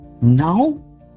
Now